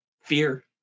fear